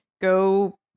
Go